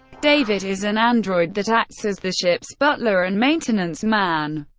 david is an android that acts as the ship's butler and maintenance man.